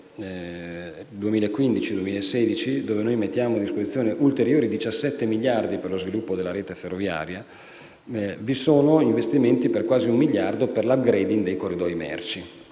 2015-2016, dove mettiamo a disposizione ulteriori 17 miliardi per lo sviluppo della rete ferroviaria, vi sono investimenti per quasi un miliardo per l'*upgrading* dei corridoi merci,